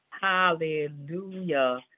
Hallelujah